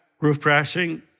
roof-crashing